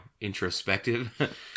introspective